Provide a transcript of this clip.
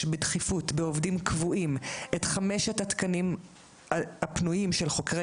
בדחיפות בעובדים קבועים את חמשת התקנים הפנויים של חוקרי